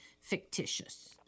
fictitious